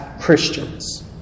Christians